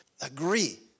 agree